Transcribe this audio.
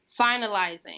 finalizing